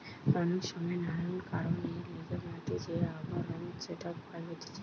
অনেক সময় নানান কারণের লিগে মাটির যে আবরণ সেটা ক্ষয় হতিছে